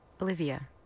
Olivia